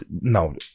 no